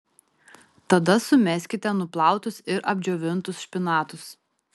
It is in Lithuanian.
tada sumeskite nuplautus ir apdžiovintus špinatus